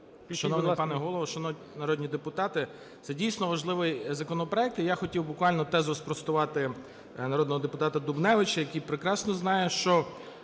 Шановний пане Голово, шановні народні депутати! Це дійсно важливий законопроект. І я хотів буквально тезу спростувати народного депутата Дубневича, який прекрасно знає, що